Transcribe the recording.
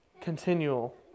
Continual